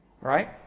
Right